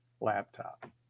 laptop